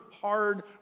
hard